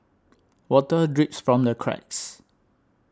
water drips from the cracks